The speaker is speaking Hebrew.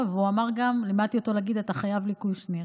אני מקווה ומאמין בתמיכה שלכם.